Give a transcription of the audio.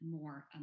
more